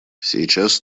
сейчас